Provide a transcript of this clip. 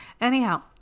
Anyhow